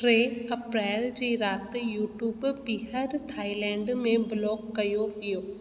टे अप्रैल जी राति यूट्यूब बी॒हर थाईलैंड में ब्लॉक कयो वियो